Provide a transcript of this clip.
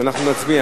אנחנו נצביע.